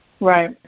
Right